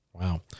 Wow